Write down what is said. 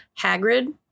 Hagrid